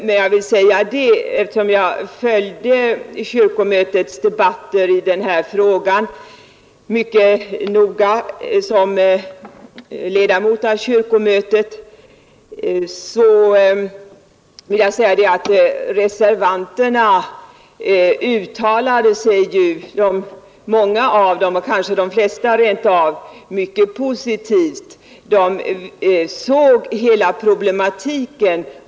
Men eftersom jag följde kyrkomötets debatter i denna fråga mycket noga som ledamot i kyrkomötet, vill jag säga att mänga av reservanterna - kanske rent av de flesta — uttalade sig mycket positivt för denna gudstjänstgemenskap.